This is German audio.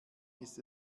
ist